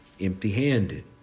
empty-handed